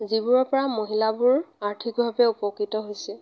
যিবোৰৰ পৰা মহিলাবোৰ আৰ্থিক ভাৱে উপকৃত হৈছে